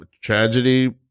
tragedy